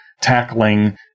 tackling